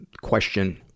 question